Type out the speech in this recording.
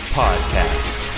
podcast